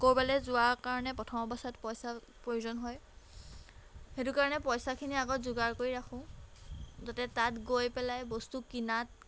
ক'ৰবালৈ যোৱাৰ কাৰণে প্ৰথম অৱস্থাত পইচা প্ৰয়োজন হয় সেইটো কাৰণে পইচাখিনি আগত যোগাৰ কৰি ৰাখোঁ যাতে তাত গৈ পেলাই বস্তু কিনাত